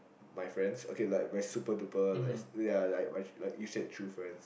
my friends okay like my super duper like ya like you said true friends